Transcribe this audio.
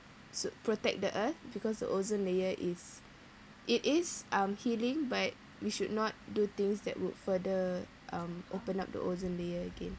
s~ protect the earth because the ozone layer is it is um healing but we should not do things that would further um open up the ozone layer again